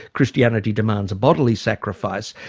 christianity demands a bodily sacrifice.